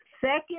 second